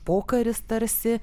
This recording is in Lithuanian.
pokaris tarsi